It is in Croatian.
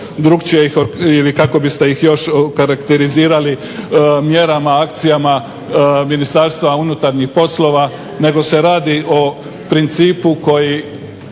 drukčije, kako bi ste ih još okarakterizirali mjerama, akcijama Ministarstva unutarnjih poslova, nego se radi o principu koji